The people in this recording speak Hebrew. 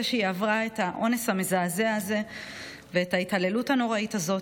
שהיא עברה את האונס המזעזע הזה ואת ההתעללות הנוראית הזאת.